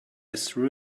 threw